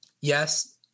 yes